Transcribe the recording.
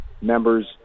Members